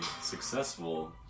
successful